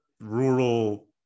rural